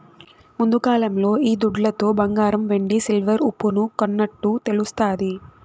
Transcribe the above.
ముందుకాలంలో ఈ దుడ్లతో బంగారం వెండి సిల్వర్ ఉప్పును కొన్నట్టు తెలుస్తాది